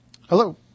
Hello